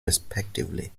respectively